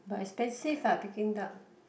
but expensive uh Peking-duck